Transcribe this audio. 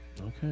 Okay